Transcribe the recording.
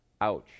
Ouch